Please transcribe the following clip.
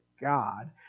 God